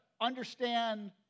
understand